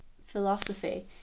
philosophy